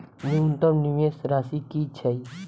न्यूनतम निवेश राशि की छई?